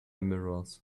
mirrors